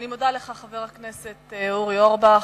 אני מודה לך, חבר הכנסת אורי אורבך.